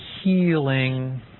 healing